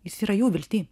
jis yra jų viltį